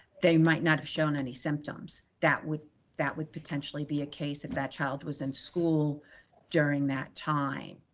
they might not have shown any symptoms that would that would potentially be a case if that child was in school during that time.